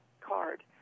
card